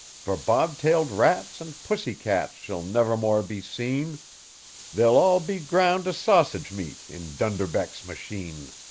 for bob-tailed rats and pussy-cats shall never more be seen they'll all be ground to sausage-meat in dunderbeck's machine.